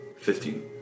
Fifteen